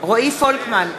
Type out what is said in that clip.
רועי פולקמן,